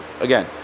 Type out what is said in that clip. Again